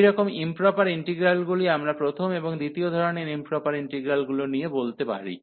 এই রকমের ইম্প্রপার ইন্টিগ্রালগুলি আমরা প্রথম এবং দ্বিতীয় ধরণের ইম্প্রপার ইন্টিগ্রালগুলি নিয়ে বলতে পারি